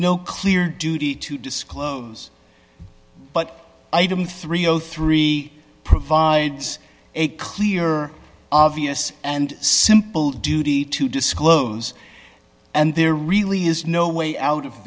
no clear duty to disclose but item three hundred and three provides a clear obvious and simple duty to disclose and there really is no way out of